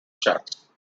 charts